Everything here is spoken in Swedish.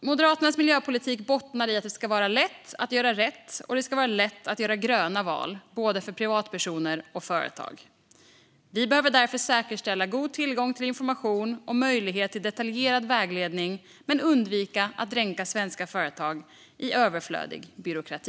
Moderaternas miljöpolitik bottnar i att det ska vara lätt att göra rätt och att det ska vara lätt att göra gröna val, både för privatpersoner och för företag. Vi behöver därför säkerställa god tillgång till information och möjlighet till detaljerad vägledning men undvika att dränka svenska företag i överflödig byråkrati.